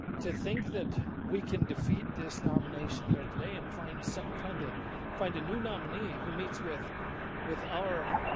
to think that we can defeat this nomination here today and find so find they find a new nominee who meets with with our